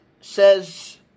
says